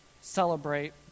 celebrate